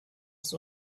ist